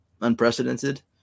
unprecedented